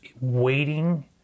waiting